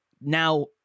Now